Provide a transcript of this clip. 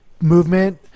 movement